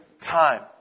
time